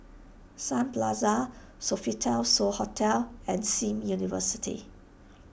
Sun Plaza Sofitel So Hotel and Sim University